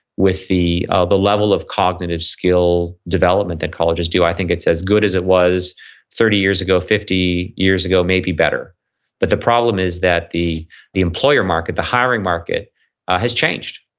with the ah the level of cognitive skill development that colleges do. i think it's as good as it was thirty years ago, fifty years ago, maybe better but the problem is that the the employer market, the hiring market has changed.